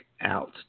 out